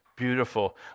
Beautiful